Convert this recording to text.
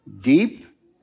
Deep